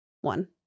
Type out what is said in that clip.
one